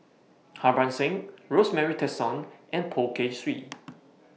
Harbans Singh Rosemary Tessensohn and Poh Kay Swee